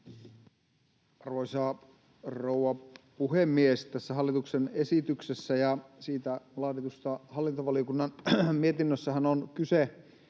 Arvoisa rouva puhemies! Tässä hallituksen esityksessä ja siitä laaditussa hallintovaliokunnan mietinnössähän on kyse